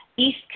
East